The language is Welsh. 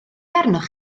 arnoch